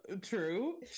true